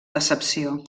decepció